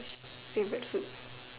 favourite food